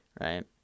right